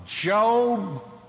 Job